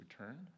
returned